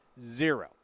Zero